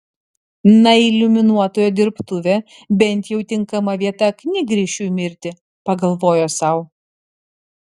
na iliuminuotojo dirbtuvė bent jau tinkama vieta knygrišiui mirti pagalvojo sau